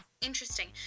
interesting